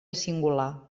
singular